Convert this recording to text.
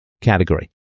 category